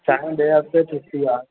Sunday अॻिते छुटी आहे